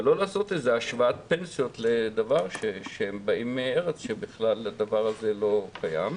אבל לא לעשות השוואת פנסיות לדבר שהם באים מארץ שבכלל הדבר הזה לא קיים.